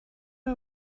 the